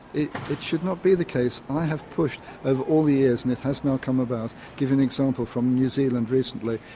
it it should not be the case. i have pushed over all the years, and it has now come about, give you example from new zealand recently,